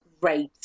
great